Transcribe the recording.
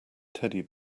teddy